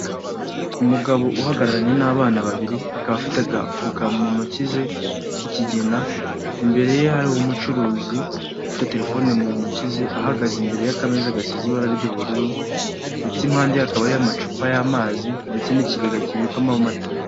Umugabo uhagararanye n'abana babiri, akaba afite agafuka mu ntoki ze k'ikigina, imbere ye hari umucuruzi ufite telefone mu ntoki ze, ahagaze imbere y'akameza gasize ibara ry'ubururu ndetse impande akaba ari amacupa y'amazi ndetse n'ikigega kibikamo amata.